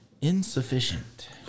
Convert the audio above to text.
insufficient